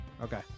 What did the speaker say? Okay